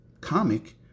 comic